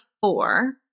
four